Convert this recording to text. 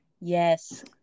Yes